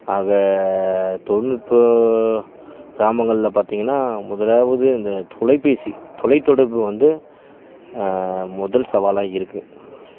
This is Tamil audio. ஆக தொழில்நுட்ப கிராமங்களில் பார்த்திங்கன்னா முதலாவது இந்த தொலைபேசி தொலைத்தொடர்பு வந்து முதல் சவாலாக இருக்கு